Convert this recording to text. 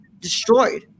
destroyed